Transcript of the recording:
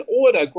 order